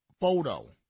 photo